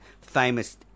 famous